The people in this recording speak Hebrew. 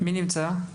מי נמצא?